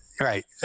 Right